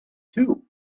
too